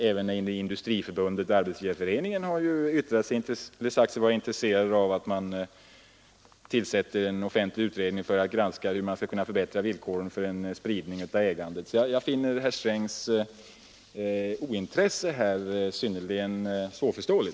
Även Industriförbundet och Arbetsgivareföreningen har sagt sig vara intresserade av att det tillsätts en offentlig utredning för att granska hur man skall kunna förbättra villkoren för spridning av ägandet. Jag finner herr Strängs ointresse i det fallet synnerligen oförståeligt.